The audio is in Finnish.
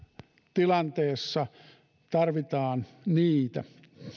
tilanteessa tarvitaan niitä